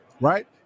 right